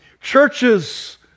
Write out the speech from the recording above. Churches